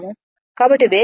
కాబట్టి వేగం పెరిగితే